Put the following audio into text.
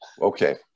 Okay